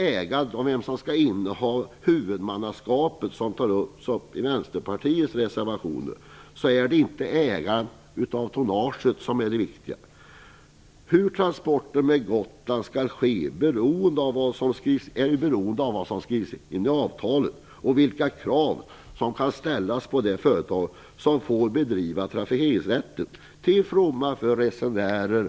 Ägandet och vem som skall inneha huvudmannaskapet tas upp i Vänsterpartiets reservationer. Det är inte ägandet av tonnaget som är det viktiga. Hur transporterna till Gotland skall ske är beroende av vad som skrivs in i avtalet och vilka krav som kan ställas på det företag som får bedriva trafiken till fromma för resenärerna.